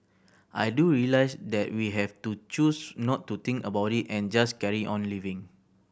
I do realise that we have to choose not to think about it and just carry on living